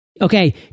Okay